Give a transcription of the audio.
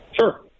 sure